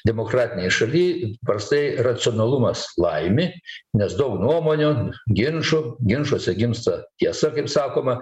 demokratinėj šaly įprastai racionalumas laimi nes daug nuomonių ginčų ginčuose gimsta tiesa kaip sakoma